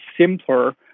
simpler